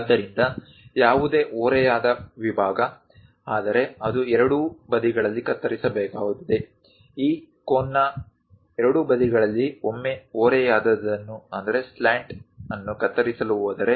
ಆದ್ದರಿಂದ ಯಾವುದೇ ಓರೆಯಾದ ವಿಭಾಗ ಆದರೆ ಅದು ಎರಡೂ ಬದಿಗಳಲ್ಲಿ ಕತ್ತರಿಸಬೇಕಾಗುತ್ತದೆ ಈ ಕೋನ್ನ ಎರಡೂ ಬದಿಗಳಲ್ಲಿ ಒಮ್ಮೆ ಓರೆಯಾದದ್ದನ್ನು ಕತ್ತರಿಸಲು ಹೋದರೆ